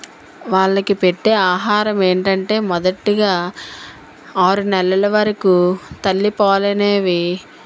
వాళ్ళకి పెట్టే ఆహారం ఏంటంటే మొదటిగా ఆరునెలల వరకు తల్లిపాలు అనేవి